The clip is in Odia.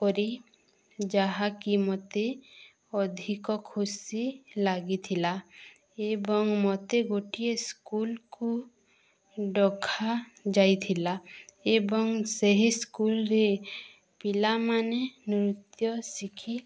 କରି ଯାହାକି ମୋତେ ଅଧିକ ଖୁସି ଲାଗିଥିଲା ଏବଂ ମତେ ଗୋଟିଏ ସ୍କୁଲ୍କୁ ଡ଼କାଯାଇଥିଲା ଏବଂ ସେହି ସ୍କୁଲ୍ରେ ପିଲାମାନେ ନୃତ୍ୟ ଶିଖି